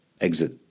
Exit